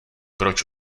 proč